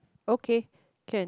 okay can